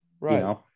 Right